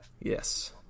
Yes